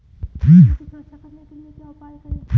फसलों की सुरक्षा करने के लिए क्या उपाय करें?